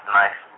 nice